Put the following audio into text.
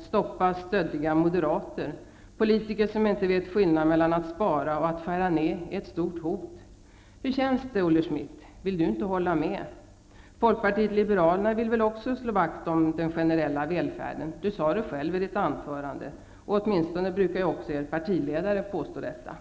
''Stoppa stöddiga moderater! Politiker som inte vet skillnaden mellan att spara och att skära ner är ett stort hot''. Hur känns det, Olle Schmidt? Vill inte Olle Schmidt hålla med? Folkpartiet liberalerna vill väl också slå vakt om den generella välfärden? Det sade Olle Schmidt själv i sitt anförande, och hans partiledare brukar också påstå detta.